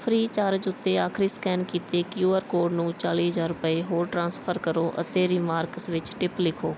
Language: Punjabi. ਫ੍ਰੀਚਾਰਜ ਉੱਤੇ ਆਖਰੀ ਸਕੈਨ ਕੀਤੇ ਕਿਊ ਆਰ ਕੋਡ ਨੂੰ ਚਾਲੀ ਹਜ਼ਾਰ ਰੁਪਏ ਹੋਰ ਟ੍ਰਾਂਸਫਰ ਕਰੋ ਅਤੇ ਰੀਮਾਰਕਸ ਵਿੱਚ ਟਿਪ ਲਿਖੋ